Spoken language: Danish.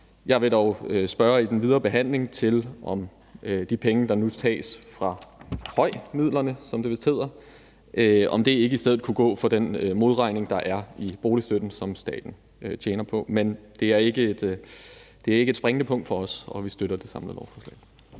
Jeg vil dog spørge i den videre behandling, om de penge, der nu tages fra HOI-midlerne, som det vist hedder, ikke i stedet kunne gå fra den modregning, der er i boligstøtten, som staten tjener på. Men det er ikke et springende punkt for os, og vi støtter det samlede lovforslag.